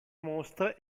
mostre